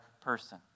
person